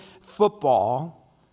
football